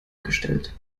gestellt